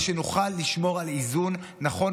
כדי שנוכל לשמור על איזון נכון,